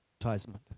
advertisement